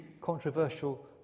controversial